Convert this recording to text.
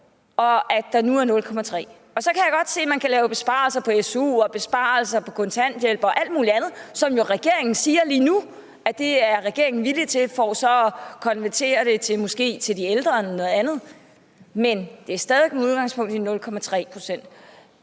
og at der nu er 0,3. Så kan jeg godt se, at man kan lave besparelser på SU og besparelser på kontanthjælp og alt muligt andet, som regeringen lige nu siger at den er villig til for så at konvertere det måske til de ældre eller noget andet, men det er stadig væk med udgangspunkt i 0,3